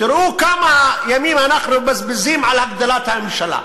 תראו כמה ימים אנחנו מבזבזים על הגדלת הממשלה.